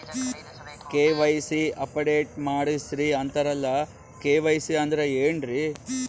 KYC update ಮಾಡಸ್ರೀ ಅಂತರಲ್ಲ KYC ಅಂದ್ರ ಏನ್ರೀ?